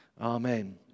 Amen